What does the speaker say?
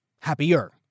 Happier